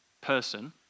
person